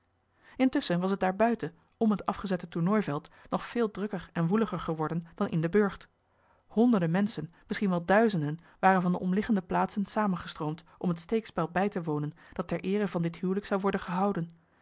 intusschen was het daarbuiten om het afgezette tournooiveld nog veel drukker en woeliger geworden dan in den burcht honderden menschen misschien wel duizenden waren van de omliggende plaatsen samengestroomd om het steekspel bij te wonen dat ter eere van dit huwelijk zou worden gehouden